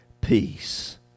peace